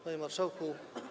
Panie Marszałku!